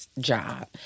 job